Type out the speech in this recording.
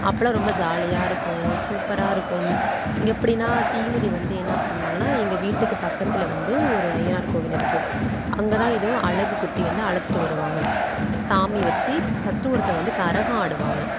அப்போல்லாம் ரொம்ப ஜாலியாக இருக்கும் சூப்பராக இருக்கும் எப்படின்னா தீமிதி வந்து என்ன பண்ணுவாங்கன்னால் எங்கள் வீட்டுக்குப் பக்கத்தில் வந்து ஒரு அய்யனார் கோவில் இருக்குது அங்கேதான் எதோ அலகுக் குத்தி வந்து அழைச்சிட்டு வருவாங்க சாமி வச்சு ஃபஸ்ட்டு ஒருத்தங்க வந்து கரகம் ஆடுவாங்க